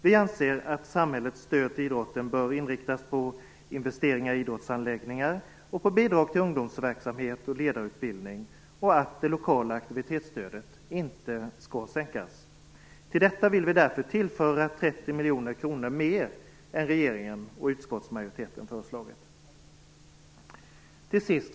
Vi anser att samhällets stöd till idrotten bör inriktas på investeringar i idrottsanläggningar och på bidrag till ungdomsverksamhet och ledarutbildning och att det lokala aktivitetsstödet inte skall sänkas. Till detta vill vi därför tillföra 30 miljoner kronor mer än regeringen och utskottsmajoriteten föreslagit. Fru talman!